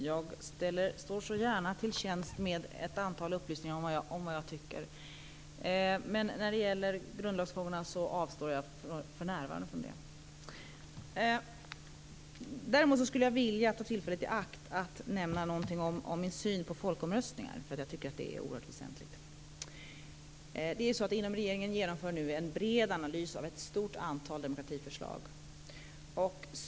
Fru talman! Jag står så gärna till tjänst med ett antal upplysningar om vad jag tycker, men när det gäller grundlagsfrågorna avstår jag för närvarande från att göra det. Däremot skulle jag vilja ta tillfället i akt att nämna något om min syn på folkomröstningar, för jag tycker att det är oerhört väsentligt. Regeringen genomför nu en bred analys av ett stort antal demokratiförslag.